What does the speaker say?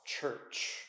church